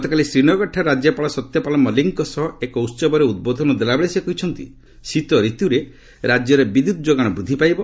ଗତକାଲି ଶ୍ରୀନଗରଠାରେ ରାଜ୍ୟପାଳ ସତ୍ୟପାଳ ମଲିକଙ୍କ ସହ ଏକ ଉହବରେ ଉଦ୍ବୋଧନ ଦେଲାବେଳେ ସେ କହିଛନ୍ତି ଶୀତରତୁରେ ରାଜ୍ୟରେ ବିଦ୍ୟୁତ୍ ଯୋଗାଣ ବୃଦ୍ଧି ପାଇବ